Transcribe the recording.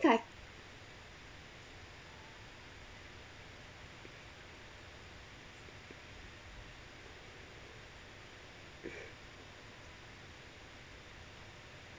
I